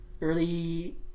early